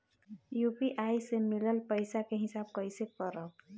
UPI से मिलल पईसा के हिसाब कइसे करब?